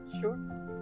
Sure